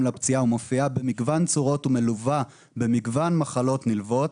לפציעה ומופיעה במגוון צורות ומלווה במגוון מחלות נלוות.